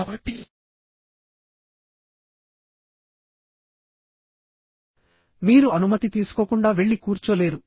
కాబట్టి మీరు అనుమతి తీసుకోకుండా వెళ్లి కూర్చోలేరు